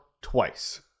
twice